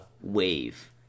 wave